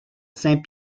saint